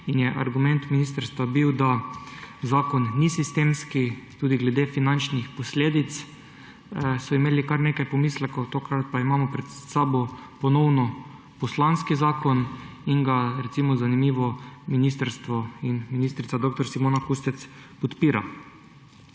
in je bil argument ministrstva, da zakon ni sistemski, tudi glede finančnih posledic so imeli kar nekaj pomislekov, tokrat pa imamo pred sabo ponovno poslanski zakon in ga, zanimivo, ministrstvo in ministrica dr. Simona Kustec podpira.